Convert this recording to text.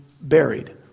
buried